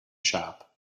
shop